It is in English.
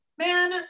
man